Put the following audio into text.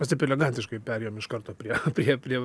mes taip elegantiškai perėjom iš karto prie prie prie